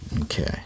okay